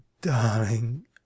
darling